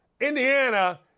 Indiana